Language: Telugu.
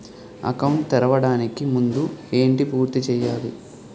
అకౌంట్ తెరవడానికి ముందు ఏంటి పూర్తి చేయాలి?